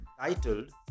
titled